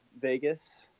Vegas –